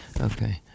Okay